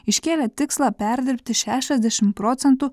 iškėlė tikslą perdirbti šešiasdešimt procentų